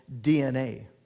DNA